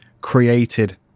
created